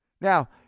Now